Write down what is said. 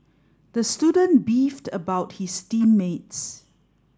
the student beefed about his team mates